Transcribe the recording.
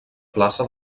plaça